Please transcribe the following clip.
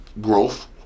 growth